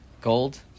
Gold